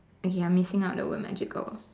okay I'm missing out the word magical